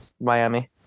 Miami